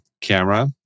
camera